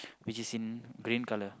which is in green colour